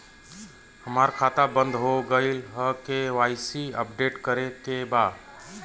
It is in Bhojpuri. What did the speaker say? हमार खाता बंद हो गईल ह के.वाइ.सी अपडेट करे के बा?